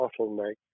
bottleneck